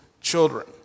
children